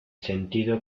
sentido